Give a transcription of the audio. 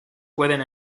pueden